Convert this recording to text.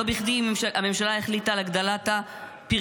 לא בכדי הממשלה החליטה על הגדלת הפריון